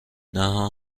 نها